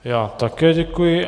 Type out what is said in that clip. Já také děkuji.